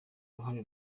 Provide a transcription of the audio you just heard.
uruhare